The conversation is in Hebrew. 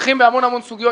מתווכחים בהמון סוגיות.